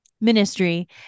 ministry